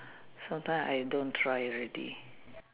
some times I don't try already